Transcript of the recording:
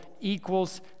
equals